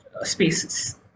spaces